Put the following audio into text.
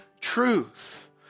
truth